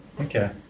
Okay